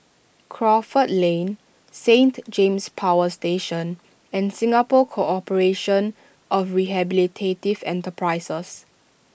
Crawford Lane Saint James Power Station and Singapore Corporation of Rehabilitative Enterprises